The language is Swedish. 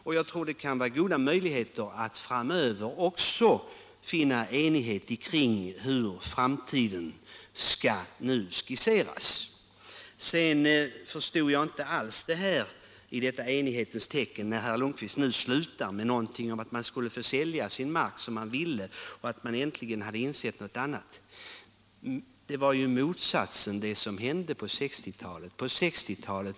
Och framöver kan det väl finnas goda möjligheter att vinna enighet också kring hur framtiden skall skisseras. Jag förstod emellertid inte alls det här med enigheten, när herr Lund kvist slutade sitt anförande med någonting om att bönderna skulle få sälja sin mark som de ville men att man äntligen hade insett något annat. Det var ju motsatsen som hände på 1960-talet.